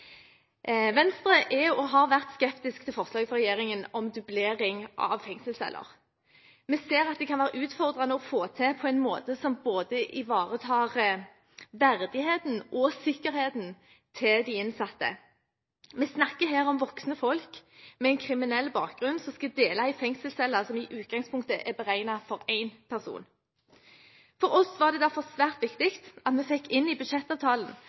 Venstre er og har vært skeptisk til forslaget fra regjeringen om dublering av fengselsceller. Vi ser at det kan være utfordrende å få til på en måte som ivaretar både verdigheten og sikkerheten til de innsatte. Vi snakker her om voksne folk med en kriminell bakgrunn som skal dele en fengselscelle som i utgangspunktet er beregnet for én person. For oss var det derfor svært viktig at vi fikk inn i budsjettavtalen